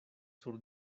sur